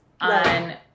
on